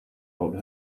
wrote